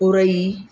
Orai